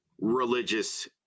religious